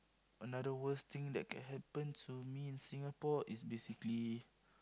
another worst thing that can happen to me in Singapore is basically